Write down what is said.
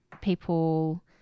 people